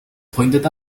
pointed